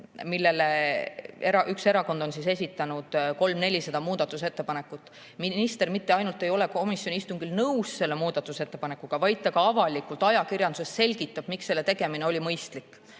mille kohta üks erakond on esitanud 300–400 ettepanekut. Minister mitte ainult ei ole komisjoni istungil nõus muudatusettepanekuga, vaid ta ka avalikult ajakirjanduses selgitab, miks selle tegemine oli mõistlik.